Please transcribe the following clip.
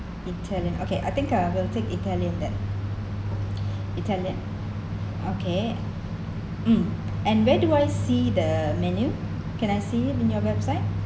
italian okay I think uh I will take italian that italian okay hmm and where do I see the menu can I see it in your website